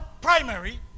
primary